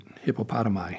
hippopotami